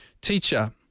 Teacher